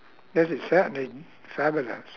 yes it's certainly fabulous